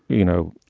you know,